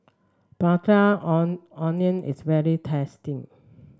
prata on onion is very tasty